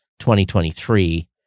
2023